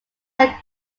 are